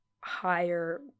higher